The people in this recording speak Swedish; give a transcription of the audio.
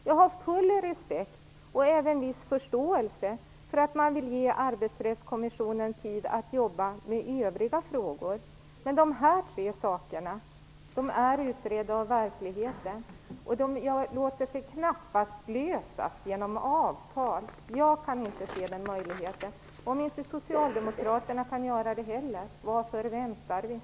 Jag har full respekt, och även viss förståelse, för att man vill ge Arbetsrättskommissionen tid att jobba med övriga frågor. Men nämnda tre saker är utredda av verkligheten och låter sig knappast lösas genom avtal. Jag kan inte se någon sådan möjlighet. Om Socialdemokraterna inte heller kan se den möjligheten, varför väntar vi då?